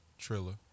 Trilla